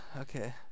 Okay